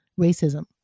racism